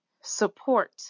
support